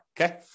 okay